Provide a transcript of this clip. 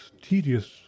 tedious